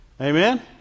Amen